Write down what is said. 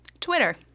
Twitter